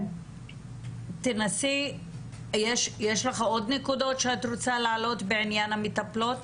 יש לך עוד נקודות שאת רוצה להעלות בעניין המטפלות?